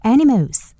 Animals